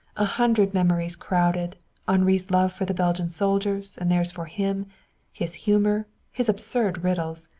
a hundred memories crowded henri's love for the belgian soldiers, and theirs for him his humor his absurd riddles.